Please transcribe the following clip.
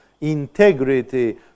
integrity